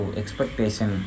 expectation